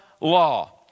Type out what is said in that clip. law